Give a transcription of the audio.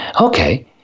Okay